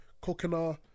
coconut